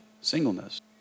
singleness